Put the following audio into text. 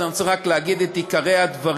אז אני רוצה רק להגיד את עיקרי הדברים: